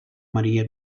maria